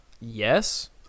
yes